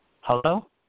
Hello